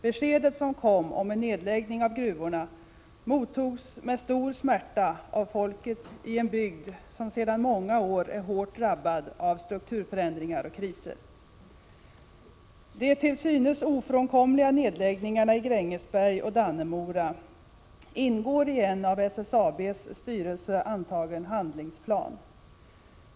Beskedet som kom om en nedläggning av gruvorna mottogs med stor smärta av folket i en bygd, som sedan många år tillbaka är hårt drabbad av strukturförändringar och kriser. De till synes ofrånkomliga nedläggningarna i Grängesberg och Dannemora ingår i en av SSAB:s styrelse antagen handlingsplan.